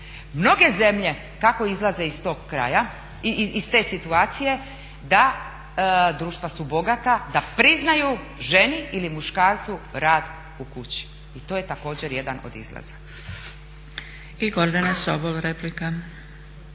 Mnoge zemlje tako izlaze iz te situacije da, društva su bogata, da priznaju ženi ili muškarcu rad u kući i to je također jedan od izlaza.